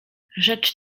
rzecz